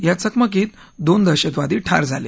या चकमकीत दोन दहशतवादी ठार झाला